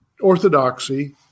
orthodoxy